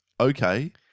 okay